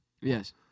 Yes